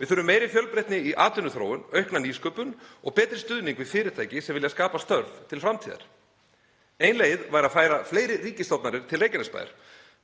Við þurfum meiri fjölbreytni í atvinnuþróun, aukna nýsköpun og betri stuðning við fyrirtæki sem vilja skapa störf til framtíðar. Ein leið væri að færa fleiri ríkisstofnanir til Reykjanesbæjar